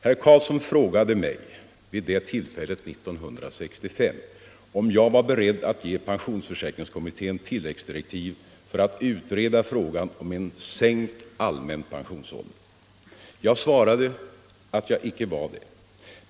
Vid det aktuella tillfället år 1965 frågade herr Carlsson mig om jag var beredd att ge pensionsförsäkringskommittén tilläggsdirektiv för att utreda frågan om en sänkt allmän pensionsålder. Jag svarade att jag icke var det.